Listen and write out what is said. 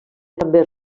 també